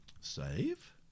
Save